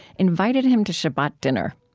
invited him to shabbat dinner.